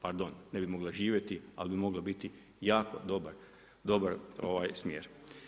Pardon, ne bi mogla živjeti ali bi mogla biti jako dobar smjer.